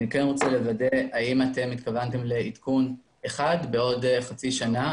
אני כן רוצה לוודא האם אתם התכוונתם לעדכון אחד בעוד חצי שנה?